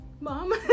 Mom